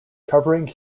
covering